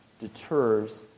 deters